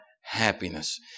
happiness